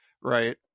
right